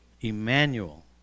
Emmanuel